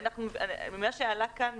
ממה שעלה כאן,